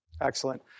Excellent